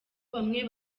bamwe